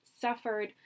suffered